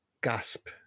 gasp